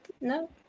no